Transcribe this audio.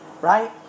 right